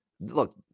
Look